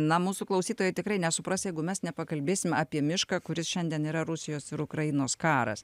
na mūsų klausytojai tikrai nesupras jeigu mes nepakalbėsim apie mišką kuris šiandien yra rusijos ir ukrainos karas